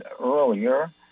earlier